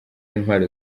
intwaro